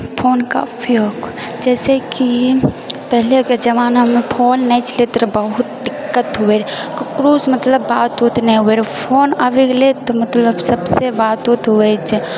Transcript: फोनके उपयोग जइसेकि पहिलेके जमानामे फोन नहि छलै तऽ बहुत दिक्कत हुअए रहै ककरोसँ मतलब बात उत नहि हुअए रहै फोन आबि गेलै तऽ मतलब सबसँ बात उत हुअए छै